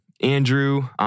Andrew